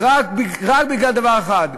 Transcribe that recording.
רק בגלל דבר אחד,